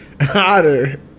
hotter